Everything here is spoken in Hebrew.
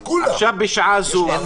בראש.